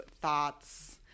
thoughts